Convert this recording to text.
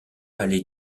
aller